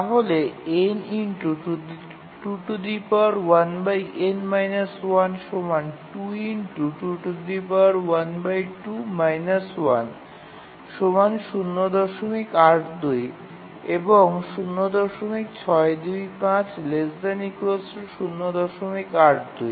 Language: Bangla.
তাহলে ০৮২ এবং ০৬২৫ ≤০৮২